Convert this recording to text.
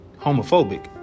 homophobic